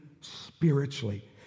spiritually